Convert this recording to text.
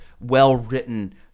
well-written